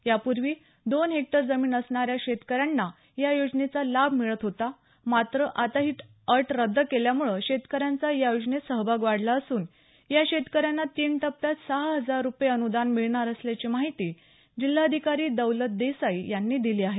यापूर्वी दोन हेक्टर जमीन असणाऱ्या शेतकऱ्यांना या योजनेचा लाभ मिळत होता मात्र आता ही अट रद्द केल्यामुळं शेतकऱ्यांचा या योजनेत सहभाग वाढला असुन या शेतकऱ्यांना तीन टप्प्यात सहा हजार रुपये अनुदान मिळणारं असल्याची माहिती जिल्हाधिकारी दौलत देसाई यांनी दिली आहे